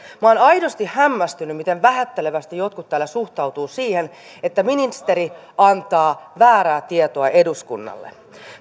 minä olen aidosti hämmästynyt miten vähättelevästi jotkut täällä suhtautuvat siihen että ministeri antaa väärää tietoa eduskunnalle